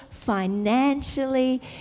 financially